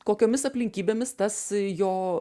kokiomis aplinkybėmis tas jo